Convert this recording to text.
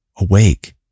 Awake